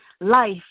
life